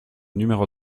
numéro